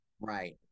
right